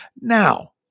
Now